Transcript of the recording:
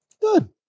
good